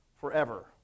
forever